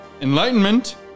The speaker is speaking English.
Enlightenment